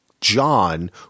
John